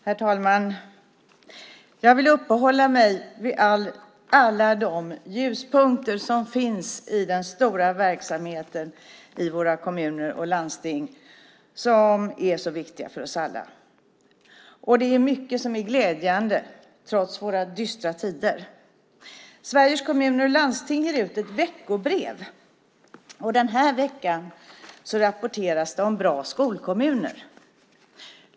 Herr talman! Jag vill uppehålla mig vid alla de ljuspunkter som finns i den stora verksamhet i våra kommuner och landsting som är så viktig för oss alla. Det är mycket som är glädjande trots våra dystra tider. Sveriges Kommuner och Landsting ger ut ett veckobrev. Den här gången rapporteras det om bra skolkommuner.